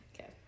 Okay